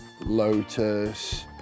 Lotus